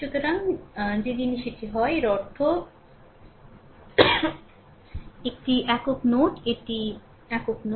সুতরাং যে জিনিস এটি হয় এর অর্থ একটি একক নোড এটি একক নোড